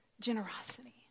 generosity